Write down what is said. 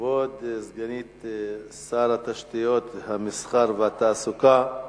כבוד סגנית שר התשתיות, המסחר והתעסוקה,